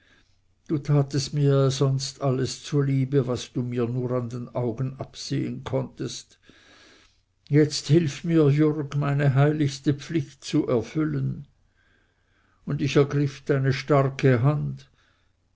du tatest mir ja sonst alles zuliebe was du mir nur an den augen absehen konntest jetzt hilf mir jürg meine heiligste pflicht zu erfüllen und ich ergriff deine starke hand